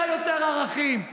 אבל, אביר, אין לך יותר ערכים.